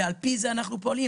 ועל פי זה אנחנו פועלים.